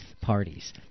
parties